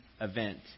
event